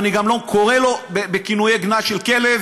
ואני גם לא קורא לו בכינויי גנאי של כלב,